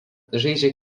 žaidžia